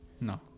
No